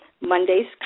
Mondays